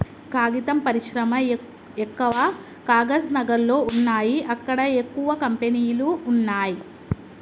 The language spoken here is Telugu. కాగితం పరిశ్రమ ఎక్కవ కాగజ్ నగర్ లో వున్నాయి అక్కడ ఎక్కువ కంపెనీలు వున్నాయ్